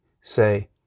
say